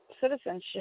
citizenship